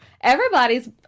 everybody's